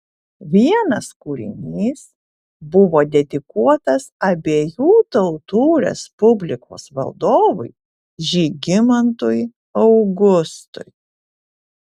vienas kūrinys buvo dedikuotas abiejų tautų respublikos valdovui žygimantui augustui